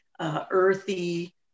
earthy